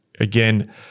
again